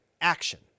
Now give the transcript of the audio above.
action